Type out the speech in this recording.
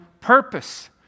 purpose